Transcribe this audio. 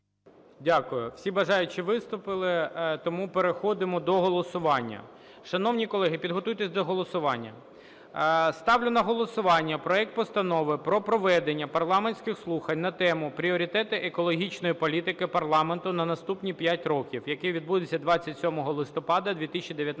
Дякую. Всі бажаючі виступили, тому переходимо до голосування. Шановні колеги, підготуйтесь до голосування. Ставлю на голосування проект Постанови про проведення парламентських слухань на тему: "Пріоритети екологічної політики парламенту на наступні 5 років", які відбудуться 27 листопада 2019 року